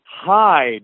hide